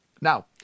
Now